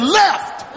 left